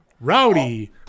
Rowdy